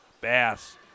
Bass